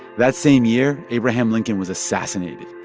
that same year, abraham lincoln was assassinated.